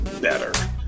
better